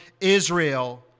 Israel